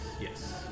Yes